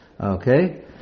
okay